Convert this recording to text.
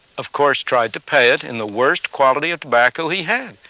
of course, tried to pay it in the worst quality of tobacco he had.